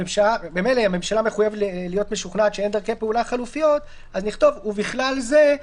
ואם הסכים לכך, גם כתובת דואר אלקטרוני, לצורך